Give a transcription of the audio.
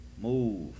Move